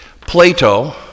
Plato